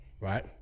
right